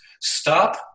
stop